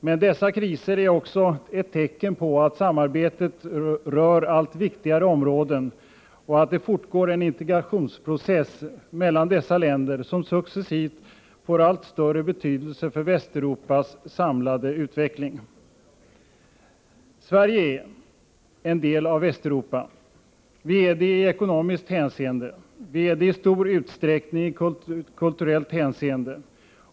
Men dessa kriser är också ett tecken på att samarbetet rör allt viktigare områden och att det fortgår en integrationsprocess mellan dessa länder som successivt får allt större betydelse för Västeuropas samlade utveckling. Sverige är en del av Västeuropa. Vi är det i ekonomiskt hänseende. Vi är det i stor utsträckning i kulturellt hänseende.